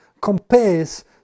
compares